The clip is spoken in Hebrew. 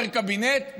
חבר קבינט,